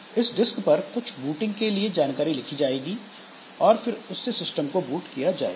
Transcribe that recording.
उस डिस्क पर कुछ बूटिंग के लिए जानकारी लिखी जाएगी और फिर उससे सिस्टम को बूट किया जा सकेगा